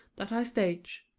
that i stage.